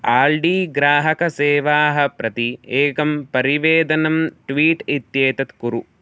आल्डीग्राहकसेवाः प्रति एकं परिवेदनं ट्वीट् इत्येतत् कुरु